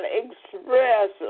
express